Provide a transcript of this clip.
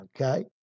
okay